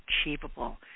achievable